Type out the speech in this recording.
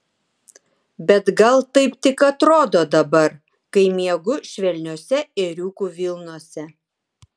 bet gal taip tik atrodo dabar kai miegu švelniose ėriukų vilnose